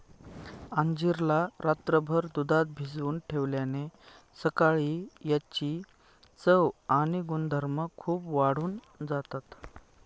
अंजीर ला रात्रभर दुधात भिजवून ठेवल्याने सकाळी याची चव आणि गुणधर्म खूप वाढून जातात